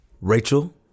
Rachel